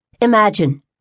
Imagine